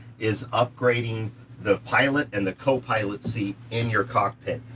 is upgrading the pilot and the copilot seat in your cockpit.